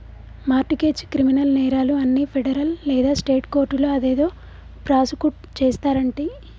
mart గెజ్, criminal నేరాలు అన్ని federal లేదా స్టేట్ కోర్టులో అదేదో ప్రాసుకుట్ చేస్తారంటి